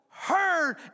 heard